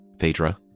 Phaedra